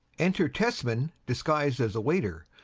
enter tesman disguised as a waiter,